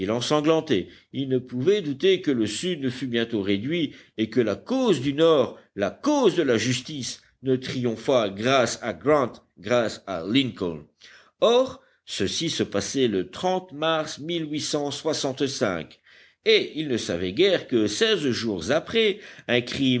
l'ensanglantait ils ne pouvaient douter que le sud ne fût bientôt réduit et que la cause du nord la cause de la justice ne triomphât grâce à grant grâce à lincoln or ceci se passait le mars et ils ne savaient guère que seize jours après un crime